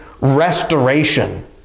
restoration